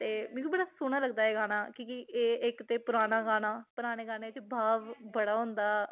ते मिगी बड़ा सोह्ना लगदा एह् गाना की के एह् इक ते पराना गाना पराने गाने च भाव बड़ा होंदा